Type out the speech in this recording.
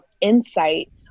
insight